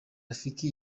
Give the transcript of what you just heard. rafiki